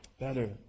better